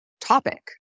topic